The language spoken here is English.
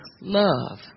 love